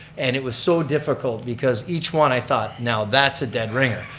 and it was so difficult, because each one, i thought, now that's a dead ringer.